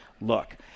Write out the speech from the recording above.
look